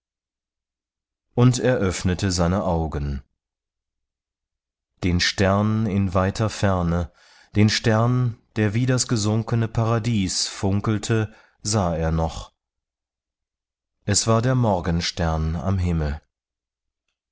und er öffnete seine augen den stern in weiter ferne den stern der wie das gesunkene paradies funkelte sah er noch es war der morgenstern am himmel